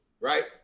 right